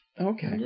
okay